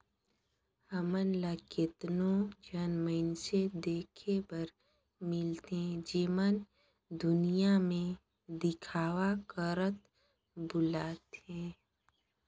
हमन ल केतनो झन मइनसे देखे बर मिलथें जेमन दुनियां में देखावा करत बुलथें